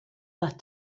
that